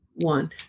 One